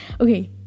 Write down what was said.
Okay